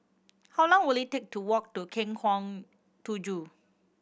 how long will it take to walk to Lengkong Tujuh